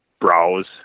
browse